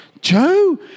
Joe